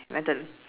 my turn